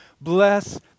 bless